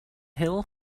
hill